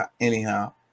anyhow